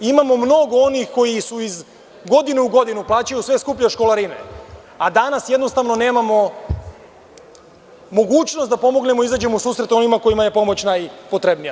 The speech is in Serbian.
Imamo mnogo onih koji iz godine u godinu plaćaju sve skuplje školarine, a danas, jednostavno, nemamo mogućnost da pomognemo i izađemo u susret onima kojima je pomoć najpotrebnija.